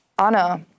Anna